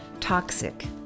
toxic